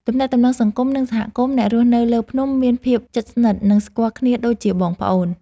ទំនាក់ទំនងសង្គម និងសហគមន៍អ្នករស់នៅលើភ្នំមានភាពជិតស្និទ្ធ និងស្គាល់គ្នាដូចជាបងប្អូន។